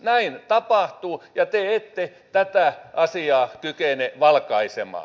näin tapahtuu ja te ette tätä asiaa kykene valkaisemaan